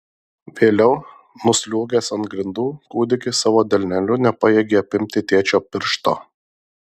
vėliau nusliuogęs ant grindų kūdikis savo delneliu nepajėgė apimti tėčio piršto